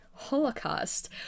holocaust